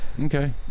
Okay